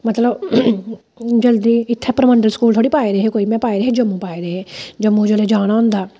मतलब जल्दी इत्थै परमंडल सकूल थोह्ड़े पाए दे हे कोई मैं पाए दे हे जम्मू पाए दे हे जम्मू जेल्ले जाना हुंदा